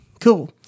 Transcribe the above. Cool